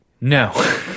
No